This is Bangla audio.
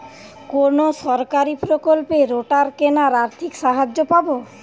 কোন সরকারী প্রকল্পে রোটার কেনার আর্থিক সাহায্য পাব?